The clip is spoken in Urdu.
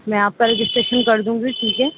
میں آپ کا رجسٹریشن کر دوں گی ٹھیک ہے